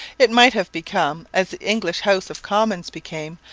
it might have become, as the english house of commons became,